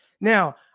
Now